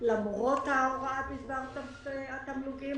למרות ההוראה בדבר התמלוגים,